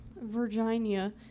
Virginia